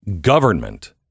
government